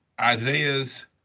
Isaiah's